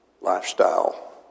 lifestyle